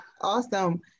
Awesome